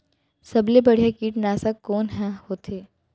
सबले बढ़िया कीटनाशक कोन ह होथे?